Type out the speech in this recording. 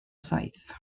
saith